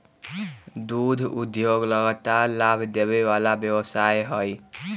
दुध उद्योग लगातार लाभ देबे वला व्यवसाय हइ